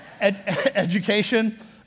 Education